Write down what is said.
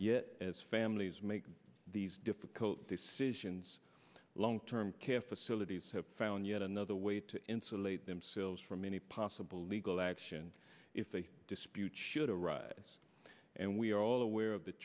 yet as families make these difficult decisions long term care facilities have found yet another way to insulate themselves from any possible legal action if they dispute should arise and we are all aware of th